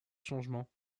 changement